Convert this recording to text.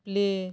play